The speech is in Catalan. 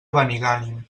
benigànim